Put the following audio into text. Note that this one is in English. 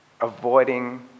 avoiding